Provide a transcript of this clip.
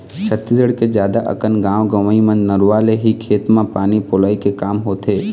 छत्तीसगढ़ के जादा अकन गाँव गंवई म नरूवा ले ही खेत म पानी पलोय के काम होथे